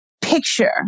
picture